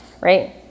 right